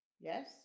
Yes